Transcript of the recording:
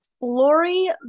Lori